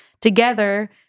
together